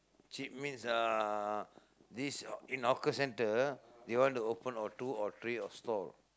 cheap means uh this in hawker centre they want to open or two or three or stall